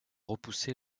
repoussé